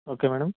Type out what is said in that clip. okay madam